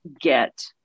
get